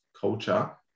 culture